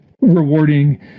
rewarding